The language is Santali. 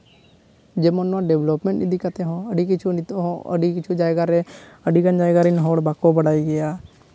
ᱡᱮᱢᱚᱱ ᱱᱚᱣᱟ ᱰᱮᱵᱷᱞᱚᱯᱢᱮᱱᱴ ᱤᱫᱤ ᱠᱟᱛᱮ ᱦᱚᱸ ᱟᱹᱰᱤ ᱠᱤᱪᱷᱩ ᱱᱤᱛᱚᱜ ᱦᱚᱸ ᱟᱹᱰᱤ ᱡᱟᱭᱜᱟ ᱨᱮ ᱟᱹᱰᱤᱜᱟᱱ ᱡᱟᱭᱜᱟ ᱨᱮ ᱦᱚᱲ ᱵᱟᱠᱚ ᱵᱟᱲᱟᱭ ᱜᱮᱭᱟ